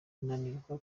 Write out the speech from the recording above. ananirwa